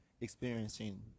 experiencing